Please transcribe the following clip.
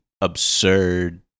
absurd